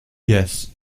yes